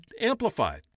amplified